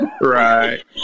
Right